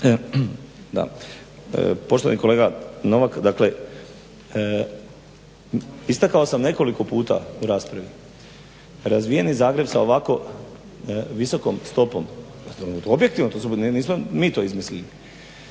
Poštovani kolega Novak. Dakle istakao sam nekoliko puta u raspravi. Razvijeni Zagreb sa ovako visokom stopom objektivno to nismo mi to izmislili